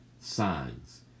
signs